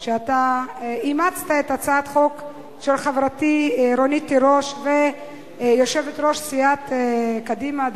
על שאימצת את הצעת החוק של חברתי רונית תירוש ויושבת-ראש סיעת קדימה,